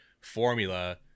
formula